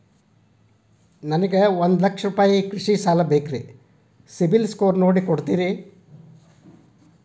ನನಗೊಂದ ಲಕ್ಷ ರೂಪಾಯಿ ಕೃಷಿ ಸಾಲ ಬೇಕ್ರಿ ಸಿಬಿಲ್ ಸ್ಕೋರ್ ನೋಡಿ ಕೊಡ್ತೇರಿ?